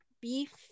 beef